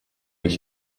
ich